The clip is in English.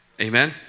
Amen